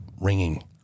ringing